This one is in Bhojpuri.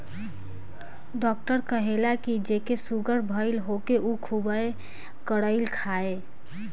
डॉक्टर कहेला की जेके सुगर भईल होखे उ खुबे करइली खाए